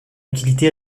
utilité